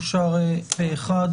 הצבעה בעד,